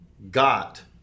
got